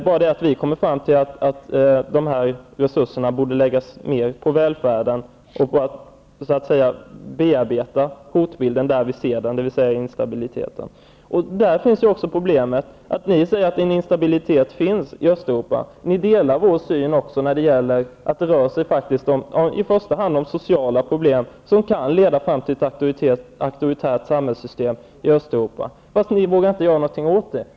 Men vi kommer fram till att resurserna till större del borde läggas på välfärden och på att bearbeta hotbilden där vi ser den, dvs. instabiliteten. Där finns också ett problem. Ni säger att det finns en instabilitet i första hand i Östeuropa. Ni delar vår syn att det rör sig om sociala problem i första hand, som kan leda fram till ett auktoritärt samhällssystem i Östeuropa. Men ni vågar inte göra någonting åt det.